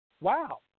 wow